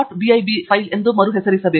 bib file ಎಂದು ಮರುಹೆಸರಿಸಬೇಕು